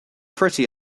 pretty